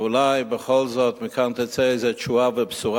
ואולי בכל זאת מכאן תצא איזו תשועה ובשורה